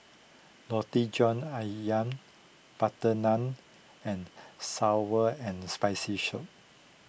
Roti John Ayam Butter Naan and Sour and Spicy show